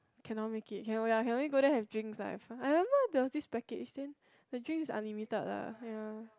cannot make it cannot ya can only go there have drinks ah I remember there was this package then the drinks unlimited lah ya